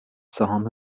سهام